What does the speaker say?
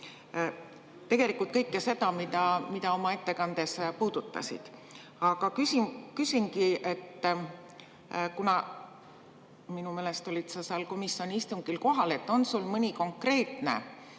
tegelikult kõike seda, mida sa oma ettekandes puudutasid. Aga küsingi, et kuna minu meelest olid sa seal komisjoni istungil kohal, kas sa [oskad